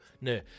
No